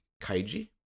kaiji